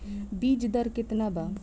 बीज दर केतना वा?